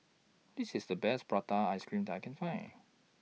This IS The Best Prata Ice Cream that I Can Find